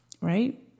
right